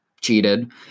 cheated